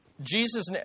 Jesus